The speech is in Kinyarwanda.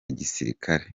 gisirikare